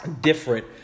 different